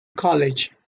college